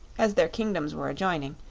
as their kingdoms were adjoining,